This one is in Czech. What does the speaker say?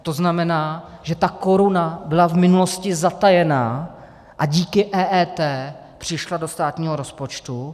To znamená, že ta koruna byla v minulosti zatajená a díky EET přišla do státního rozpočtu.